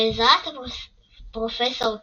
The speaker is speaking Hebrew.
בעזרת הפרופסור קווירל,